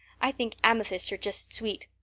i think amethysts are just sweet.